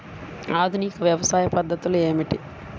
ఆధునిక వ్యవసాయ పద్ధతులు ఏమిటి?